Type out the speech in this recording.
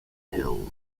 hill